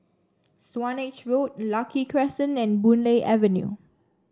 Swanage Road Lucky Crescent and Boon Lay Avenue